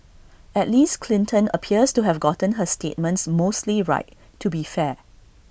at least Clinton appears to have gotten her statements mostly right to be fair